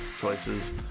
choices